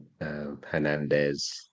Hernandez